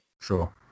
Sure